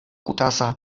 kutasa